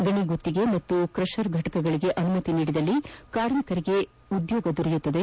ಗಣಿ ಗುತ್ತಿಗೆ ಹಾಗೂ ಕ್ರಷರ್ ಫಟಕಗಳಿಗೆ ಅನುಮತಿ ನೀಡಿದಲ್ಲಿ ಕಾರ್ಮಿಕರಿಗೆ ಉದ್ಯೋಗ ದೊರೆಯುತ್ತದೆ